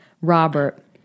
Robert